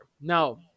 Now